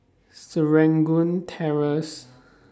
Serangoon Terrace